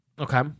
Okay